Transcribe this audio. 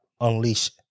unleash